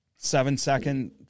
Seven-second